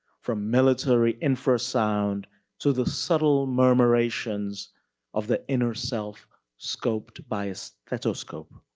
from military infrasound to the subtle murmurations of the inner self scoped by a stethoscope.